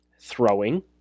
throwing